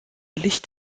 licht